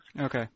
Okay